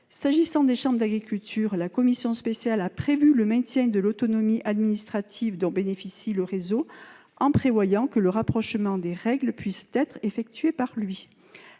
S'agissant des chambres d'agriculture, la commission spéciale a prévu le maintien de l'autonomie administrative dont bénéficie le réseau, en prévoyant que le rapprochement des règles puisse être effectué par lui.